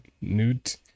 Newt